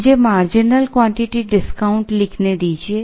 मुझे marginal quantity discount लिखने दें